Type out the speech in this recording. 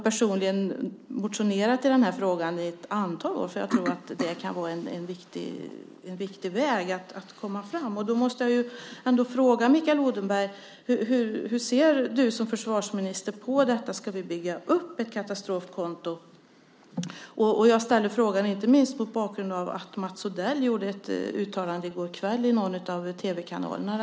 Personligen har jag motionerat i frågan under ett antal år, för jag tror att det kan vara en viktig väg när det gäller att komma fram här. Jag måste fråga Mikael Odenberg: Hur ser du som försvarsminister på detta? Ska vi bygga upp ett katastrofkonto? Jag ställer den frågan inte minst mot bakgrund av det uttalande Mats Odell i går kväll gjorde i någon av tv-kanalerna.